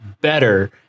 better